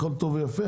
הכול טוב ויפה.